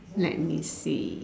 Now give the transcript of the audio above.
let me see